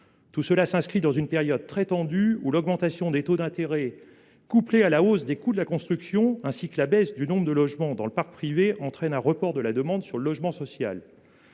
Tout cela s’inscrit dans une période très tendue où l’augmentation des taux d’intérêt, couplée à la hausse des coûts de la construction, ainsi que la baisse du nombre de logements dans le parc privé entraînent un report de la demande sur le logement social.